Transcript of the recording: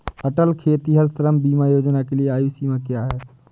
अटल खेतिहर श्रम बीमा योजना के लिए आयु सीमा क्या है?